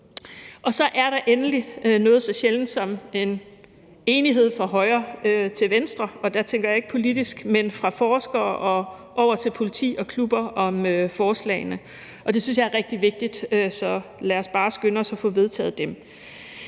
Og så er der endelig noget så sjældent som en enighed fra højre til venstre – og der tænker jeg ikke politisk, men fra forskere og over til politiet og klubber – om forslagene, og det synes jeg er rigtig vigtigt. Så lad os bare skynde os at få vedtaget dem.